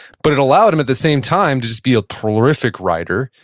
but it allowed him at the same time to just be a prolific writer,